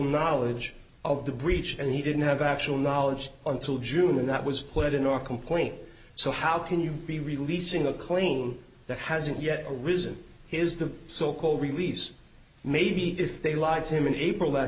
knowledge of the breach and he didn't have actual knowledge until june and that was put in your complaint so how can you be releasing a claim that hasn't yet arisen here is the so called release maybe if they lied to him in april that's